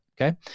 Okay